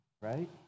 right